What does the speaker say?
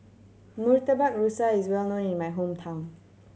Murtabak Rusa is well known in my hometown